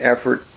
effort